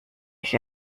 ich